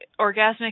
orgasmic